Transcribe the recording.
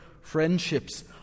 friendships